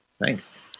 Thanks